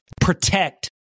Protect